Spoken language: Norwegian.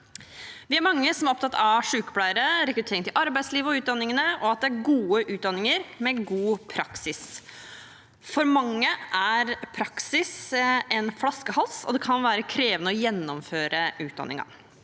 Vi er mange som er opptatt av sykepleiere, rekruttering til arbeidslivet og utdanningene og at det er gode utdanninger med god praksis. For mange er praksis en flaskehals, og det kan være krevende å gjennomføre ut